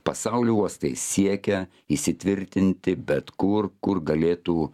pasaulio uostai siekia įsitvirtinti bet kur kur galėtų